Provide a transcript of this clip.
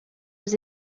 aux